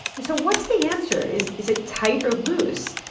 and so what's the answer? is is it tight or loose?